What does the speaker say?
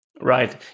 Right